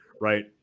right